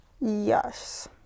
Yes